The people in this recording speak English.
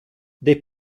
they